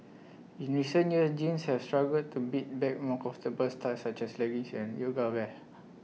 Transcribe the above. in recent years jeans have struggled to beat back more comfortable styles such as leggings and yoga wear